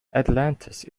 atlantis